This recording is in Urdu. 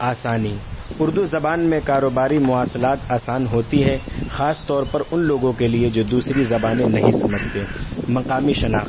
آسانی اردو زبان میں کاروباری مواصلات آسان ہوتی ہے خاص طور پر ان لوگوں کے لیے جو دوسری زبانیں نہیں سمجھتے مقامی شناخت